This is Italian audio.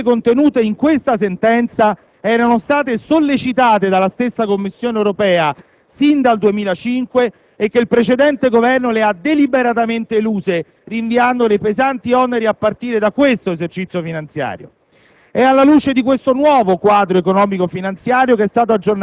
Ma come possiamo non ricordare che le misure contenute in questa sentenza erano state sollecitate dalla stessa Commissione europea sin dal 2005 e che il precedente Governo le ha deliberatamente eluse, rinviandone i pesanti oneri a partire da questo esercizio finanziario?